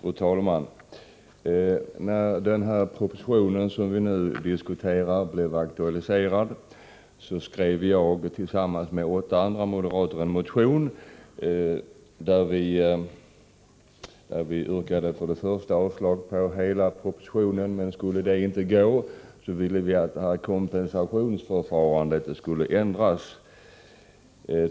Fru talman! När den proposition som vi nu diskuterar aktualiserades, s Å Ne ö ER OR Vissa ekonomiskskrev jag tillsammans med åtta andra moderater en motion, där vi först och far FA 5 =: Nr politiska åtgärder, främst yrkade avslag på hela propositionen. Skulle det yrkandet inte bifallas mm ville vi att kompensationsförfarandet skulle ändras.